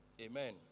Amen